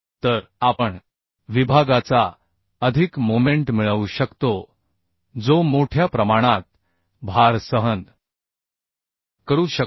तर आपण विभागाचा अधिक मोमेंट मिळवू शकतो जो मोठ्या प्रमाणात भार सहन करू शकतो